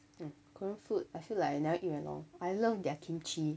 mm korean food I feel I never eat very long I love their kimchi